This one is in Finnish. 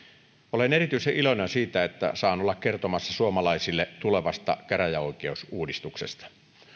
olen erityisen iloinen siitä että saan olla kertomassa suomalaisille tulevasta käräjäoikeusuudistuksesta